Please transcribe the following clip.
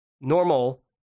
normal